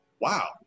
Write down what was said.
wow